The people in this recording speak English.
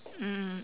mm